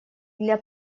для